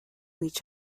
each